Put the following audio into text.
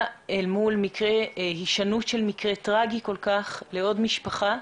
אל מול הישנות של מקרה טרגי כל כך שקרה לעוד משפחה.